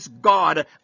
God